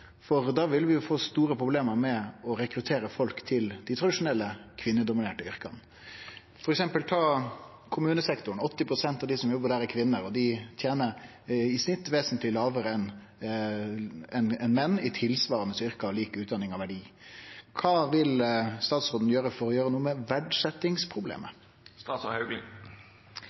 rekruttere folk til dei tradisjonelt kvinnedominerte yrka. Ta f.eks. kommunesektoren: 80 pst. av dei som jobbar der, er kvinner, og dei tener i snitt vesentleg lågare enn menn i tilsvarande yrke med lik utdanning og av lik verdi. Kva vil statsråden gjere